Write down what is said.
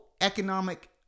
economic